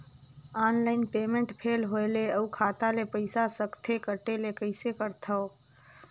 Online payment fail होय ले अउ खाता ले पईसा सकथे कटे ले कइसे करथव?